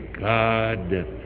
God